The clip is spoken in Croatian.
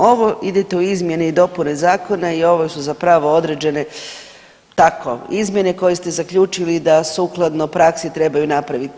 Ovo idete u izmjene i dopune zakona i ovo su zapravo određene tako izmjene koje ste zaključili da sukladno praksi trebaju napraviti.